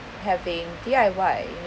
having D_I_Y